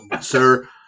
Sir